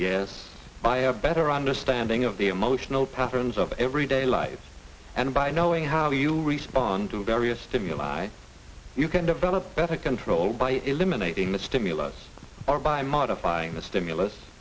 yes buy a better understanding of the emotional patterns of everyday life and by knowing how you respond to various stimuli you can develop better control by eliminating the stimulus or by modifying the stimulus